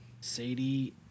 Sadie